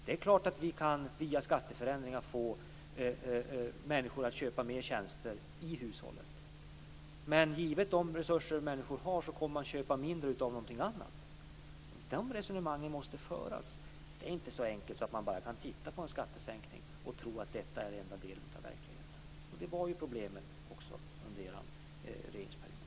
Det är klart att vi via skatteförändringar kan få människor att köpa mer tjänster i hushållet, men givet de resurser människor har så kommer de att köpa mindre av någonting annat. De resonemangen måste föras. Det är inte så enkelt att skattesänkningen är den enda delen av verkligheten. Det var problemet också under er regeringsperiod.